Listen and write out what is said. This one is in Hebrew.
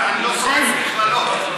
אני לא סוגר מכללות.